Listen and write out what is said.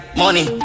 money